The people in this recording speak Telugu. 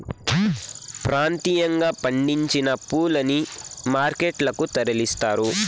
ప్రాంతీయంగా పండించిన పూలని మార్కెట్ లకు తరలిస్తారు